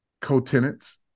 co-tenants